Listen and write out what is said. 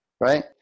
Right